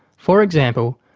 for example,